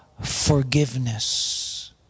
forgiveness